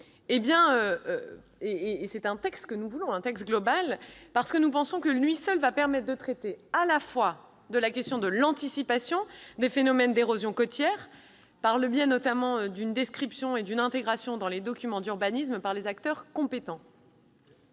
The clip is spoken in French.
madame la sénatrice, mais nous voulons un texte global parce que lui seul permettra de traiter à la fois de la question de l'anticipation des phénomènes d'érosion côtière, par le biais, notamment, d'une description et d'une intégration dans les documents d'urbanisme par les acteurs compétents,